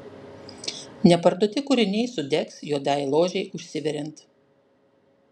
neparduoti kūriniai sudegs juodajai ložei užsiveriant